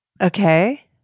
Okay